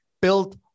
built